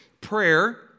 Prayer